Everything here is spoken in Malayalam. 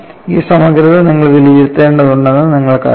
ഈ സമഗ്രത നിങ്ങൾ വിലയിരുത്തേണ്ടതുണ്ടെന്ന് നിങ്ങൾക്കറിയാം